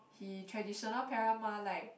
he traditional parent mah like